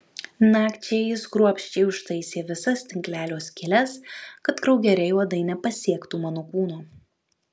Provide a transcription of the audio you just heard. nakčiai jis kruopščiai užtaisė visas tinklelio skyles kad kraugeriai uodai nepasiektų mano kūno